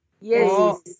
Yes